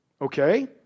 okay